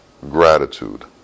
gratitude